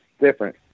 different